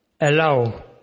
allow